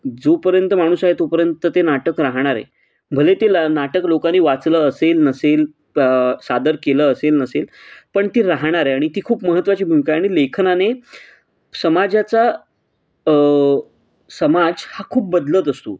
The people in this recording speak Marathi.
जोपर्यंत माणूस आहे तोपर्यंत ते नाटक राहणार आहे भले ते ला नाटक लोकांनी वाचलं असेल नसेल प सादर केलं असेल नसेल पण ती राहणार आहे आणि ती खूप महत्त्वाची भूमिका आहे आणि लेखनाने समाजाचा समाज हा खूप बदलत असतो